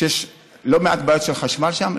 שיש לא מעט בעיות של חשמל שם,